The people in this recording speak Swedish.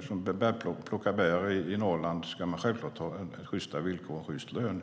för att plocka bär i Norrland ska man självklart ha sjysta villkor och en sjyst lön.